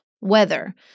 weather